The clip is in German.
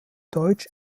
deutsch